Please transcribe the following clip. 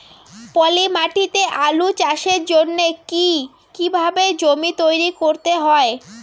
পলি মাটি তে আলু চাষের জন্যে কি কিভাবে জমি তৈরি করতে হয়?